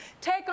take